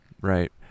right